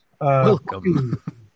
welcome